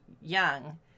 young